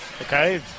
okay